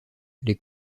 les